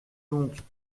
donc